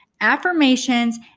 affirmations